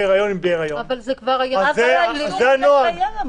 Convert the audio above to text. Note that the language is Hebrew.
בהיריון --- אבל האיסור הזה כבר קיים היום.